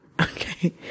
okay